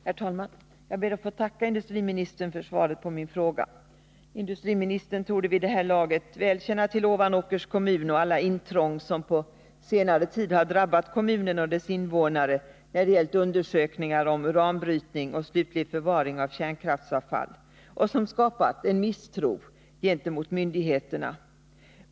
Herr talman! Jag ber att få tacka industriministern för svaret på min fråga. Industriministern torde vid det här laget väl känna till Ovanåkers kommun och alla intrång som på senare tid drabbat kommunen och dess invånare när det gällt undersökningar om uranbrytning och slutlig förvaring av kärnkraftsavfall och som skapat en misstro gentemot myndigheterna.